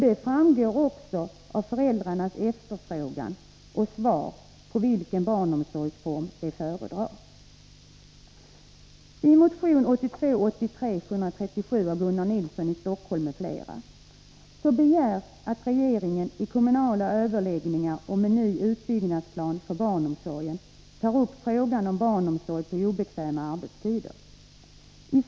Det framgår också av föräldrarnas efterfrågan och av svaren när de tillfrågas om vilken barnomsorgsform de föredrar.